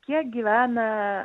kiek gyvena